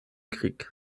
krieg